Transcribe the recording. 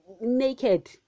naked